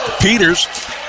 Peters